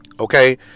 Okay